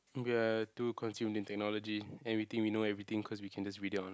we are too consumed in technology and we think we know everything cause we can just read it on our phone